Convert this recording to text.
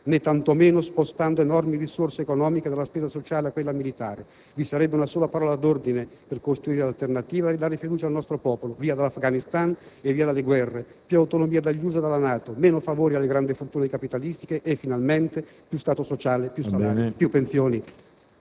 né, tanto meno, spostando enormi risorse economiche dalla spesa sociale a quella militare. Vi sarebbe una sola parola d'ordine per costruire l'alternativa e ridare fiducia al nostro popolo: via dall'Afghanistan e via dalle guerre, più autonomia dagli Stati Uniti e dalla NATO, meno favori alle grandi fortune capitalistiche e, finalmente, più Stato sociale, più salari